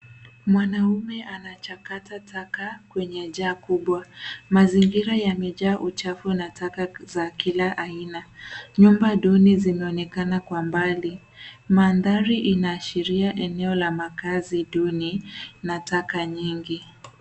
Mwanamume anachakaza taka kwenye jaa kubwa. Mazingira yamejaa uchafu na taka za kila aina. Nyumba duni zinaonekana kwa mbali. Maandhari inaashiria eneo la makazi duni na taka nyingi.